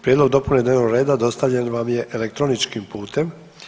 Prijedlog dopune dnevnog reda dostavljen vam je elektroničkim putem.